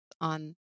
on